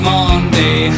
Monday